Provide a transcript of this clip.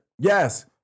Yes